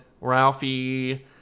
Ralphie